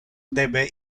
debe